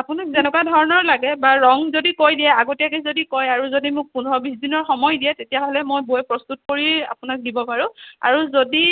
আপোনাক যেনেকুৱা ধৰণৰ লাগে বা ৰং যদি কৈ দিয়ে আগতীয়াকৈ যদি কয় আৰু যদি মোক পোন্ধৰ বিশ দিনৰ সময় দিয়ে তেতিয়াহ'লে মই বৈ প্ৰস্তুত কৰি আপোনাক দিব পাৰোঁ আৰু যদি